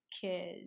kids